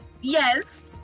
Yes